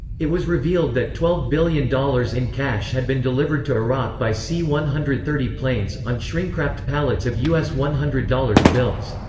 it was revealed that twelve billion dollars in cash had been delivered to iraq by c one hundred and thirty planes, on shrinkwrapped pallets of us one hundred dollars bills.